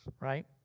right